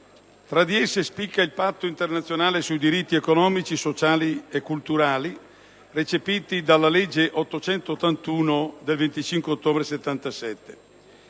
Tra di esse spicca il Patto internazionale sui diritti economici, sociali e culturali, ratifica ai sensi della legge 25 ottobre 1977,